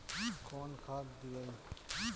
कौन खाद दियई?